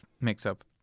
mix-up